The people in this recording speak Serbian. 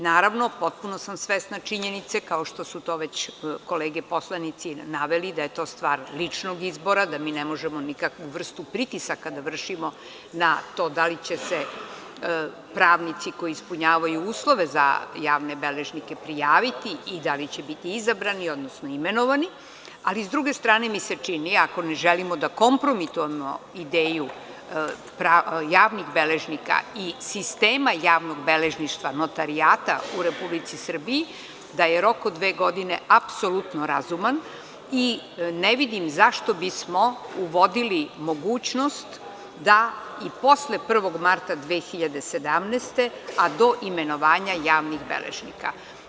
Naravno, potpuno sam svesna činjenice, kao što su to već kolege poslanici naveli, da je to stvar ličnog izbora, da mi ne možemo nikakvu vrstu pritisaka da vršimo na to da li će se pravnici koji ispunjavaju uslove za javne beležnike prijaviti i da li će biti izabrani, odnosno imenovani, ali s druge strane mi se čini, ako ne želimo da kompromitujemo ideju javnih beležnika i sistema javnog beležništva, notarijata, u Republici Srbiji, da je rok od dve godine apsolutno razuman i ne vidim zašto bismo uvodili mogućnost da i posle 1. marta 2017. godine, a do imenovanja javnih beležnika.